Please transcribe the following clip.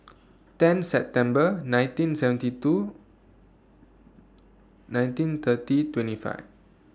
ten September nineteen seventy two nineteen thirty twenty five